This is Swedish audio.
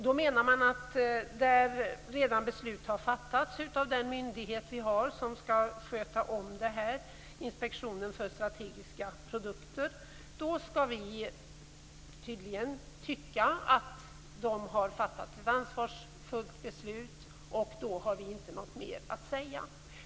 Där beslut redan har fattats av den myndighet som skall sköta om det här, Inspektionen för strategiska produkter, skall vi tydligen tycka att man har fattat ett ansvarsfullt beslut. Då har vi inte något mer att säga.